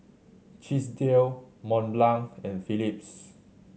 Chesdale Mont Blanc and Phillips